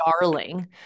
darling